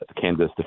Kansas